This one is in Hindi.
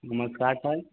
नमस्कार सर